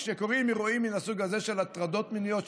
כשקורים אירועים מן הסוג הזה של הטרדות מיניות,